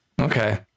Okay